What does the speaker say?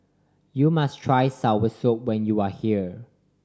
you must try soursop when you are here